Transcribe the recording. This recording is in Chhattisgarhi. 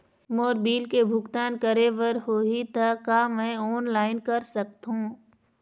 मोर बिल के भुगतान करे बर होही ता का मैं ऑनलाइन कर सकथों?